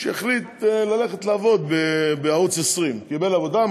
שהחליט ללכת לעבוד בערוץ 20. הוא קיבל עבודה,